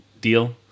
deal